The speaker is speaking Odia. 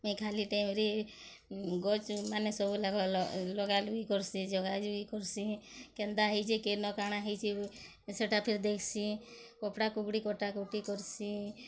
ମୁଇଁ ଖାଲି ଟାଇମ୍ରେ ଗଛ ମାନେ ସବୁ ଲଗାଲୁଗି କରସିଁ ଜଗାଜୁଗି କରସିଁ କେନ୍ତା ହେଇଛେ କେନ କାଣା ହେଇଛେ ସେଟା ଫିର୍ ଦେଖସିଁ କପଡ଼ା କୁପଡ଼ି କଟାକୁଟି କରସିଁ